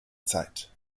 zeit